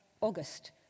August